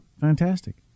Fantastic